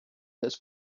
his